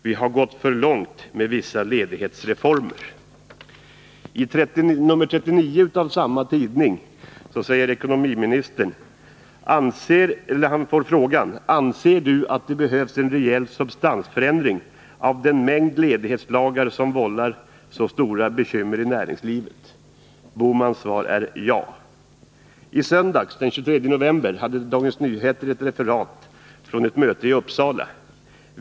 Vi har gått för långt med vissa ledighetsreformer.” I nr 39 av samma tidning får ekonomiministern frågan: ”Anser du att det behövs en rejäl substansförändring av den mängd ledighetslagar som vållar så stora bekymmer i näringslivet?” Ekonomiminister Bohmans svar är: je a I söndags, den 23 november, hade Dagens Nyheter ett referat från ett möte i Uppsala.